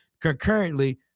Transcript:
concurrently